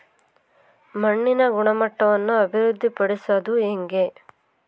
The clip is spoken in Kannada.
ಮಣ್ಣಿನ ಗುಣಮಟ್ಟವನ್ನು ಅಭಿವೃದ್ಧಿ ಪಡಿಸದು ಹೆಂಗೆ?